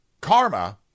karma